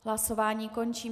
Hlasování končím.